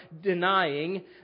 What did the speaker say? denying